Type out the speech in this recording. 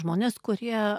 žmonės kurie